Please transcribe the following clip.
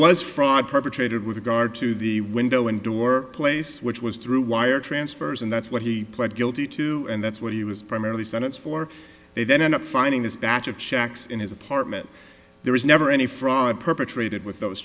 was fraud perpetrated with regard to the window and door place which was through wire transfers and that's what he pled guilty to and that's what he was primarily sentence for then end up finding this batch of checks in his apartment there was never any fraud perpetrated with those